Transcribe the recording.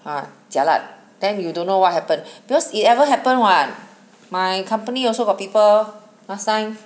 ah jialat then you don't know what happen because it ever happened what my company also got people last time